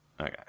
Okay